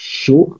show